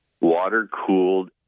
water-cooled